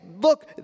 look